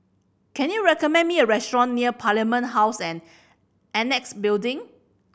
can you recommend me a restaurant near Parliament House and Annexe Building